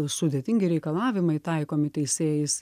sudėtingi reikalavimai taikomi teisėjais